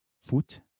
Foot